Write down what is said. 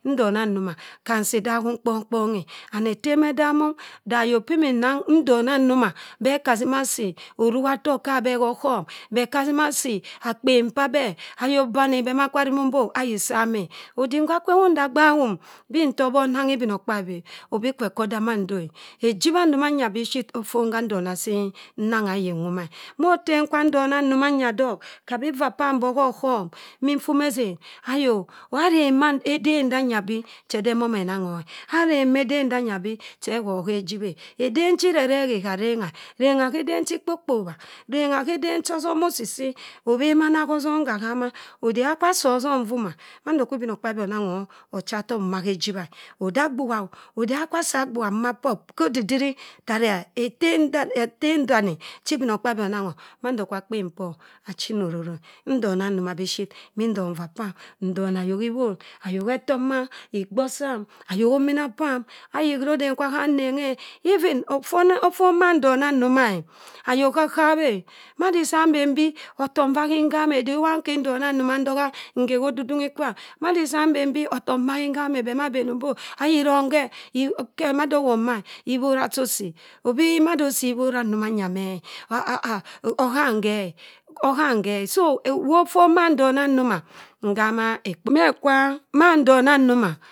Ndona nnoma, ham sii daghum kpong kpong eh. And efem edamum da ayok ọ'imin nnang ndona nnoma beh kha ssima assi oruka tok kha abe gha aghọm. Beh kha asima asii akpen p'abe. Ayok bani beh ma kwa rimum mbi o, ayi sam e. Odik ngwa kwa ewundo agbaghum bii ntobok nnangha ibinokpabi abi kwe okho oda mando e. Ejibha ndoma bishit eben gha ndoma sii nnangha ayi nwoma e. Mo etem kwa ndona jo manya dok kha bii vaa pam bo khe oghọm. min ofuma essen ayọ wa aveng ma eden da eden danya bii ohedo emom enangho eh. Areng ma eden danya bii che kho ghe ejibhe eden ohi irrerehi kha rengha e. Rengha khe eden ohi ikpokpobha, rengha khe eden ohi ikpokpe bha, rengha khe eden cha osom osisi abhemana kho osom ghahama. Odema nwa kwa sii obom nvoma, mando kwu ibinokpabi anangha ochatok moma khe ejibha eh. Ode agbugha o. odema nwo kwa asii agbugha mboma por kha odidiri tara etem dane chi ibinokpabi onangho mando kwa akpenpor echina ororo eh. Ndoma nnoma bishit nim ndon vaa pam ndon ayok iwon, ayok etomma, igboh sam, ayok iwon, ayok etomma, igboh sam, ayok omina pam ayi khe ja oden kwa ham nneng e. Even afon man ndona nnoma e ayok khakhabke madi isa mben bii otok nwa khi nham eh, mada inka ndona ndona nghe kho odudunghi kwam. Ma disa mben bii afom nwa khihame beh ma benum ah ayi vonghe. Mada owop me, ipora sa osii. Obi mada osi ipora ndo manya meh okham she e.